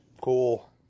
Cool